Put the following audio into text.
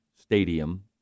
Stadium